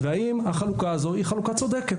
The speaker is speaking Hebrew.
והאם החלוקה הזו היא חלוקה צודקת.